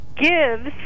gives